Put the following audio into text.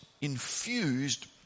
infused